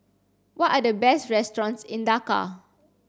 what are the best restaurants in Dhaka